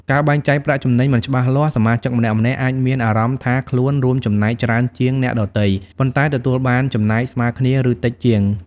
ការបែងចែកប្រាក់ចំណេញមិនច្បាស់លាស់ សមាជិកម្នាក់ៗអាចមានអារម្មណ៍ថាខ្លួនរួមចំណែកច្រើនជាងអ្នកដទៃ ប៉ុន្តែទទួលបានចំណែកស្មើគ្នា ឬតិចជាង។